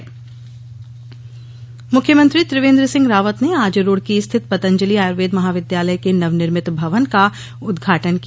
उदघाटन मुख्यमंत्री त्रिवेंद्र सिंह रावत ने आज रूड़की स्थित पतंजलि आयुर्वेद महाविद्यालय के नवनिर्मित भवन का उदघाटन किया